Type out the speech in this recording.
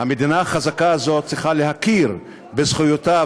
המדינה החזקה הזו צריכה להכיר בזכויותיו